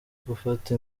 gufata